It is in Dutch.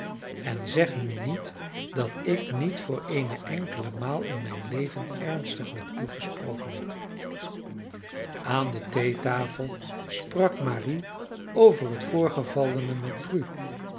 en zeg nu niet dat ik niet voor eene enkele maal in mijn leven ernstig met u gesproken heb aan de theetafel sprak marie over het voorgevallene met prue